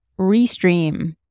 restream